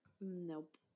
nope